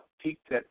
peaked